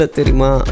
terima